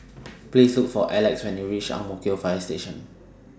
Please Look For Elex when YOU REACH Ang Mo Kio Fire Station